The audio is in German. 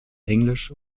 englisch